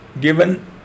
given